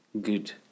good